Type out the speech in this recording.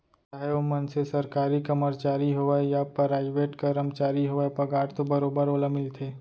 चाहे ओ मनसे सरकारी कमरचारी होवय या पराइवेट करमचारी होवय पगार तो बरोबर ओला मिलथे